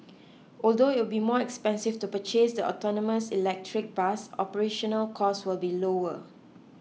although it will be more expensive to purchase the autonomous electric bus operational costs will be lower